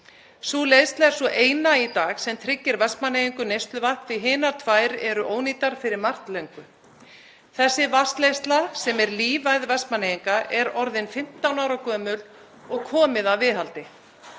Sú leiðsla er sú eina í dag sem tryggir Vestmannaeyingum neysluvatn því hinar tvær eru ónýtar fyrir margt löngu. Þessi vatnsleiðsla sem er lífæð Vestmannaeyinga er orðin 15 ára gömul og komið að viðhaldi.